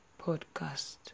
podcast